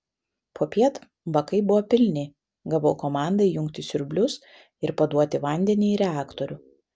popiet bakai buvo pilni gavau komandą įjungti siurblius ir paduoti vandenį į reaktorių